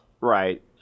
Right